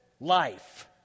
life